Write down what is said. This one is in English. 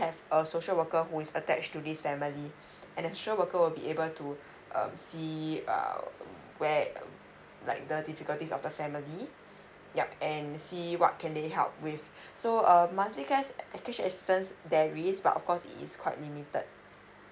have a social worker who is attached to this family and the social worker will be able to um see uh where like the difficulties of the family yup and see what can they help with so uh monthly cash cash assistance there is but of course it is quite limited